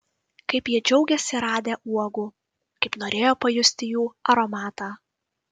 kaip jie džiaugėsi radę uogų kaip norėjo pajusti jų aromatą